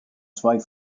zwei